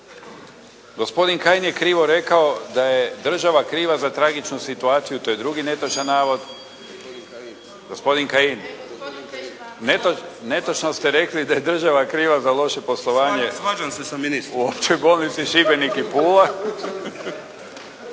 Gospodine Kajin je krivo rekao da je država kriva za tragičnu situaciju, to je drugi netočan navod. … /Upadica se ne razumije./ … Netočno ste rekli da je država kriva za loše poslovanje …… /Upadica: Svađam se sa ministrom./ …… u Općoj bolnici Šibenik i Pula.